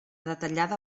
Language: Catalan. detallada